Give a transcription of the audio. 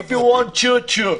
if you want to shoot, shoot.